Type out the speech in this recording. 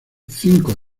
cinco